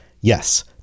Yes